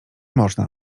można